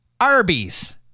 Arby's